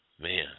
Man